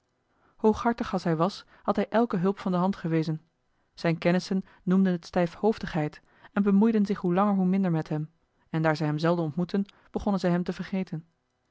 hooghartig als hij was had hij elke hulp van de hand gewezen zijne kennissen noemden het stijfhoofdigheid en bemoeiden zich hoe langer hoe minder met hem en daar zij hem zelden ontmoetten begonnen zij hem te vergeten